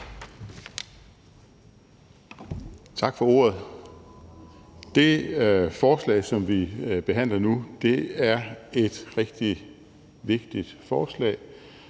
Tak for ordet. Det forslag, som vi behandler nu, er et rigtig vigtigt forslag,